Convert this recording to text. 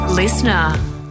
listener